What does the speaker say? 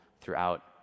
throughout